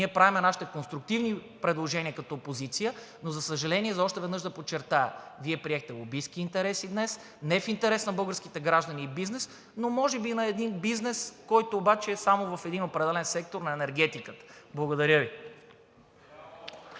Ние правим нашите конструктивни предложения като опозиция, но за съжаление, още веднъж да подчертая, че Вие приехте лобистки интереси днес не в интерес на българските граждани и бизнес, но може би на един бизнес, който обаче е само в един определен сектор на енергетиката. Благодаря Ви.